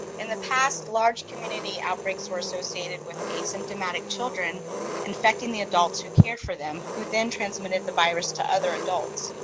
in the past, large community outbreaks were associated with asymptomatic children infecting the adults who care for them, who then transmitted the virus to other adults.